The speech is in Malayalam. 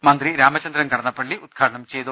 മന്ത്രി രാമചന്ദ്രൻ കടന്നപ്പള്ളി ഉദ് ഘാടനം ചെയ്തു